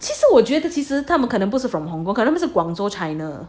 其实我觉得其实他们可能 from Hong Kong 可能广州 china